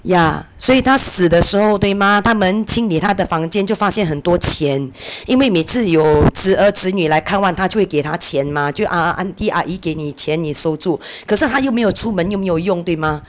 ya 所以她死的时候对吗他们清理她的房间就发现很多钱因为每次有侄儿侄女来看望她就会给她钱 mah 就 ah aunty 阿姨给你钱你收住可是她又没有出门有没有用对吗:a yi geini qian ni shou zhu ke shi ta you mei you chu men you mei you yong dui ma